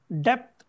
depth